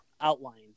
outlined